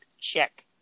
check